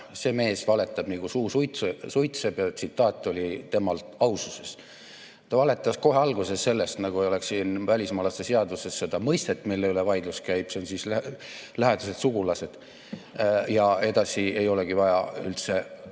See mees valetab nii et suu suitseb ja tsitaat oli temal aususest. Ta valetas kohe alguses, nagu ei oleks siin välismaalaste seaduses seda mõistet, mille üle vaidlus käib, see on "lähedased sugulased". Ja edasi ei olegi vaja üldse